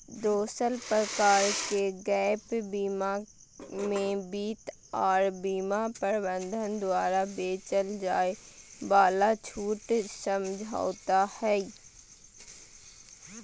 दोसर प्रकार के गैप बीमा मे वित्त आर बीमा प्रबंधक द्वारा बेचल जाय वाला छूट समझौता हय